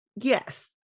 Yes